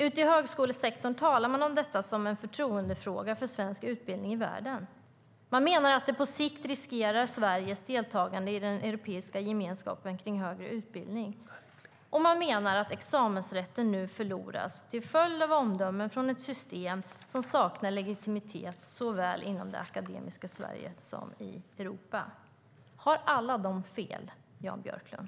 Ute i högskolesektorn talar man om detta som en förtroendefråga för svensk utbildning i världen. Man menar att det på sikt riskerar Sveriges deltagande i den europeiska gemenskapen kring högre utbildning. Man menar att examensrätter nu förloras till följd av omdömen från ett system som saknar legitimitet såväl inom det akademiska Sverige som i Europa. Har alla de fel, Jan Björklund?